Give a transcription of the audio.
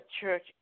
church